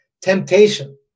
Temptation